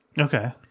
Okay